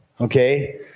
okay